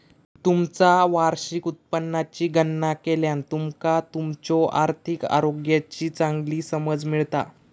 तुमचा वार्षिक उत्पन्नाची गणना केल्यान तुमका तुमच्यो आर्थिक आरोग्याची चांगली समज मिळता